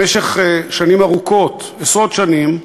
במשך שנים ארוכות, עשרות שנים,